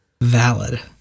Valid